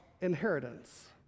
inheritance